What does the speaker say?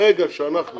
ברגע שאנחנו